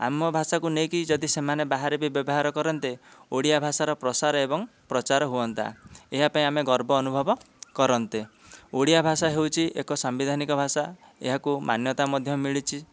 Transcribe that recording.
ଆମ ଭାଷାକୁ ନେଇକି ଯଦି ସେମାନେ ବାହାରେ ବି ବ୍ୟବହାର କରନ୍ତେ ଓଡ଼ିଆ ଭାଷାର ପ୍ରସାର ଏବଂ ପ୍ରଚାର ହୁଅନ୍ତା ଏହାପାଇଁ ଆମେ ଗର୍ବ ଅନୁଭବ କରନ୍ତେ ଓଡ଼ିଆ ଭାଷା ହେଉଛି ଏକ ସାମ୍ବିଧାନିକ ଭାଷା ଏହାକୁ ମାନ୍ୟତା ମଧ୍ୟ ମିଳିଛି